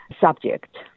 subject